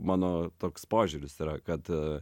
mano toks požiūris yra kad